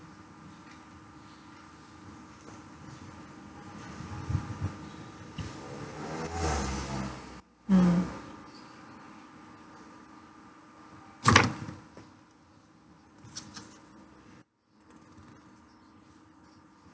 mm